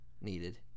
needed